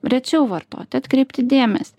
rečiau vartoti atkreipti dėmesį